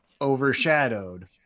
overshadowed